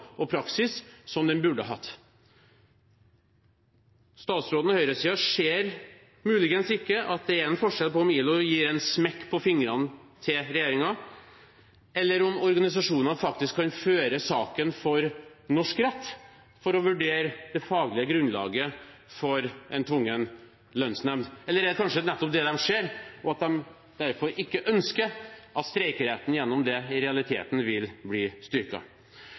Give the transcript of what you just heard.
og praksis som den burde hatt. Statsråden, høyresiden, ser muligens ikke at det er forskjell på om ILO gir regjeringen en smekk på fingrene, og om organisasjoner faktisk kan føre saken for norsk rett for å vurdere det faglige grunnlaget for en tvungen lønnsnemnd. Eller kanskje de ser nettopp det, og derfor ikke ønsker at streikeretten gjennom det i realiteten vil bli